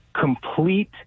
Complete